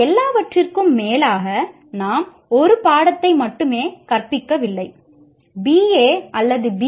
எல்லாவற்றிற்கும் மேலாக நாம் 1 பாடத்தை மட்டுமே கற்பிக்கவில்லை பி